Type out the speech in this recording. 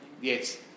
Yes